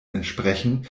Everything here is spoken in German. entsprechen